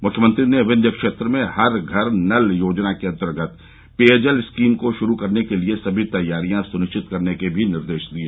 मुख्यमंत्री ने विन्ध्य क्षेत्र में हर घर नल योजना के अन्तर्गत पेयजल स्कीम को शुरू करने के लिये सभी तैयारियां सुनिश्चित करने के भी निर्देश दिये